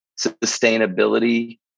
sustainability